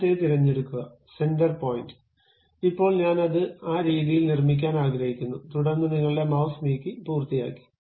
ആദ്യത്തേത് തിരഞ്ഞെടുക്കുക centre point ഇപ്പോൾ ഞാൻ അത് ആ രീതിയിൽ നിർമ്മിക്കാൻ ആഗ്രഹിക്കുന്നു തുടർന്ന് നിങ്ങളുടെ മൌസ് നീക്കി പൂർത്തിയാക്കി